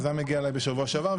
אז זה היה מגיע אליי בשבוע שעבר.